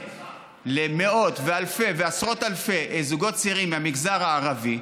למאות ואלפי ועשרות אלפי זוגות צעירים מהמגזר הערבי,